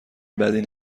بدی